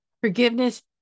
Forgiveness